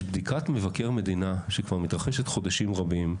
יש בדיקת מבקר המדינה שכבר מתרחשת חודשים רבים,